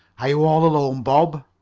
are you all alone, bob?